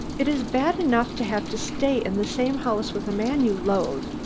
it is bad enough to have to stay in the same house with a man you loathe,